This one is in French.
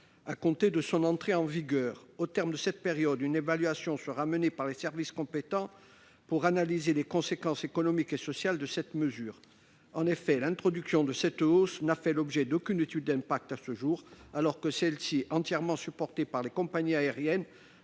de cette dernière. Au terme de la période en question, une évaluation sera menée par les services compétents pour analyser les conséquences économiques et sociales de la mesure. En effet, cette hausse n’a fait l’objet d’aucune étude d’impact à ce jour, alors que celle ci, entièrement supportée par les compagnies aériennes,